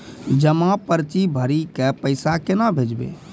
जमा पर्ची भरी के पैसा केना भेजबे?